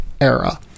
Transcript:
era